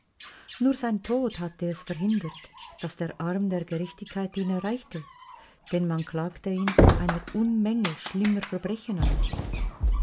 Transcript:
nur sein tod hatte es verhindert daß der arm der gerechtigkeit ihn erreichte denn man klagte ihn einer unmenge schlimmer verbrechen an